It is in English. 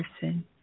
person